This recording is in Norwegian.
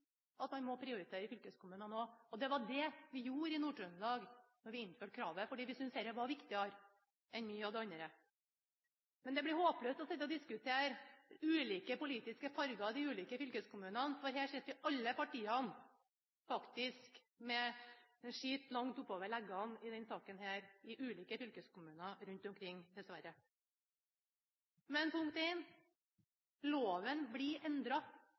at man må prioritere i fylkeskommunene òg. Det var det vi gjorde i Nord-Trøndelag, da vi innførte kravet, fordi vi syntes det var viktigere enn mye av det andre. Det blir håpløst å sitte og diskutere ulike politiske farger, de ulike fylkeskommunene, for her sitter vi, alle partiene faktisk, med skitt langt oppover leggene i denne saken i ulike fylkeskommuner rundt omkring, dessverre. Punkt 1: Loven blir